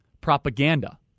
propaganda